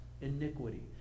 iniquity